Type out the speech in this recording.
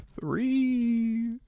three